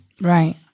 Right